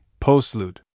Postlude